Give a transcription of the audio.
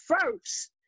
first